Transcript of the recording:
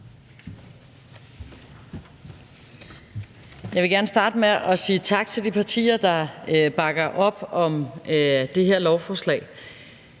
Jeg vil gerne starte med at sige tak til de partier, der bakker op om det her lovforslag.